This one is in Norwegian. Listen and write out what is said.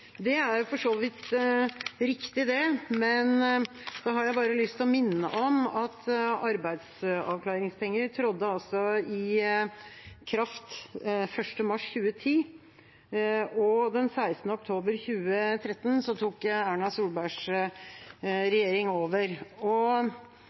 Det er for så vidt riktig, men da har jeg lyst til å minne om at arbeidsavklaringspenger trådte i kraft 1. mars 2010, og den 16. oktober 2013 tok Erna Solbergs